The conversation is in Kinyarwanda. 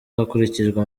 hakurikijwe